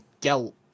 guilt